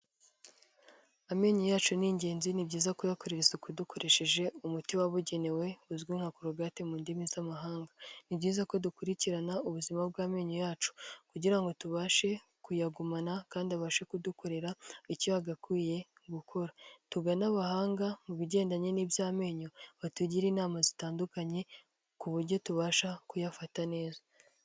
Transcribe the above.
Amenyo yacu ni ingenzi ni byiza kuyakorera isuku, dukoresheje umuti wabugenewe uzwi nka crogate mu ndimi z'amahanga. Ni byiza ko dukurikirana ubuzima bw'amenyo yacu, kugira ngo tubashe kuyagumana kandi abashe kudukorera icyo agakwiye gukora. Tugane abahanga mu bigendanye n'iby'amenyo batugire inama zitandukanye ku buryo tubasha kuyafata neza.